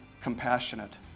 compassionate